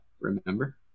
remember